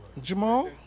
Jamal